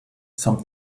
some